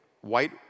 white